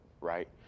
right